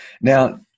Now